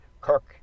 Kirk